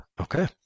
Okay